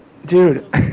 Dude